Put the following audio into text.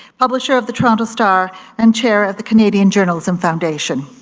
publisher of the toronto star and chair of the canadian journalism foundation.